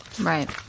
Right